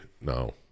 No